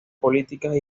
políticas